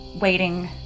waiting